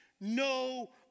no